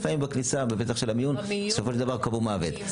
ולפעמים בפתח של המיון בסופו של דבר קבעו מוות.